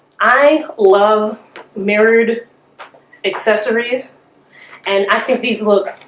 i love married accessories and i think these look,